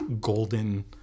golden